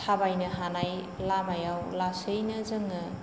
थाबायनो हानाय लामायाव लासैनो जोङो